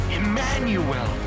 emmanuel